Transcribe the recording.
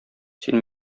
син